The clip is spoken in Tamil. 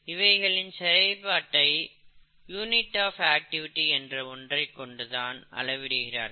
இவைகளின் செயல்பாட்டை யூனிட் ஆஃப் ஆக்டிவிட்டி என்ற ஒன்றை கொண்டு அளவிடுகிறார்கள்